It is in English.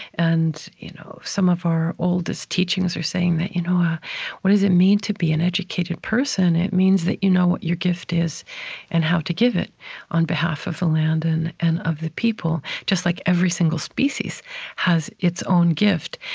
and you know some of our oldest teachings are saying, you know ah what does it mean to be an educated person? it means that you know what your gift is and how to give it on behalf of the land and and of the people, just like every single species has its own gift.